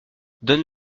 donne